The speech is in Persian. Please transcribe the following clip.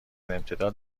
امتداد